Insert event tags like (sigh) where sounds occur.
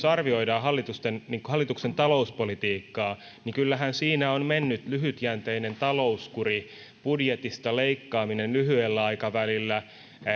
(unintelligible) arvioidaan hallituksen talouspolitiikkaa niin kyllähän siinä on mennyt lyhytjänteinen talouskuri budjetista leikkaaminen lyhyellä aikavälillä